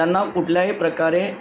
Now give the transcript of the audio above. त्यांना कुठल्याही प्रकारे